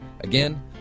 Again